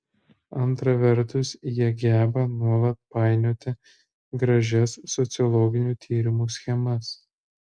antra vertus jie geba nuolat painioti gražias sociologinių tyrimų schemas